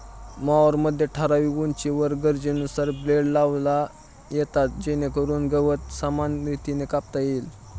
मॉवरमध्ये ठराविक उंचीवर गरजेनुसार ब्लेड लावता येतात जेणेकरून गवत समान रीतीने कापता येईल